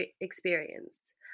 experience